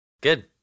Good